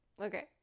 Okay